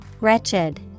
Wretched